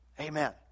Amen